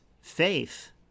faith